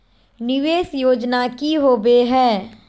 निवेस योजना की होवे है?